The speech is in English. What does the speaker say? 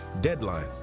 deadline